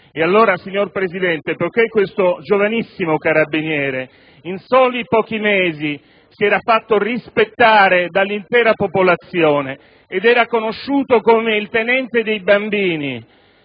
almeno così sembra. Questo giovanissimo carabiniere, in soli pochi mesi, si era fatto rispettare dall'intera popolazione ed era conosciuto come il tenente dei bambini